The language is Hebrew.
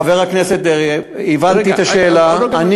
חבר הכנסת דרעי, הבנתי את השאלה.